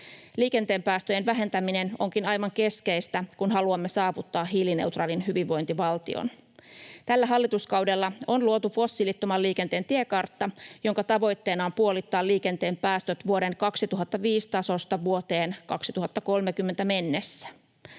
Liikenteen päästöjen vähentäminen onkin aivan keskeistä, kun haluamme saavuttaa hiilineutraalin hyvinvointivaltion. Tällä hallituskaudella on luotu fossiilittoman liikenteen tiekartta, jonka tavoitteena on puolittaa liikenteen päästöt vuoden 2005 tasosta vuoteen 2030 mennessä.